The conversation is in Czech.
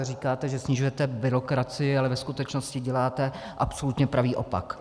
Říkáte, že snižujete byrokracii, ale ve skutečnosti děláte absolutně pravý opak.